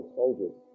soldiers